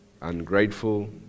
ungrateful